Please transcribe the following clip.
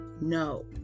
No